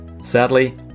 Sadly